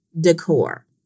decor